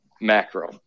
macro